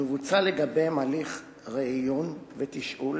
מבוצע לגביהם הליך ריאיון ותשאול